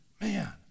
Man